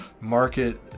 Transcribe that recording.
market